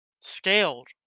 scaled